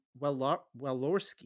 Walorski